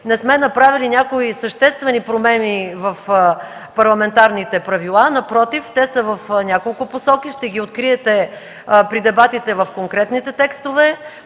не сме направили някои съществени промени в парламентарните правила, напротив – те са в няколко посоки, ще ги откриете при дебатите в конкретните текстове.